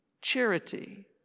charity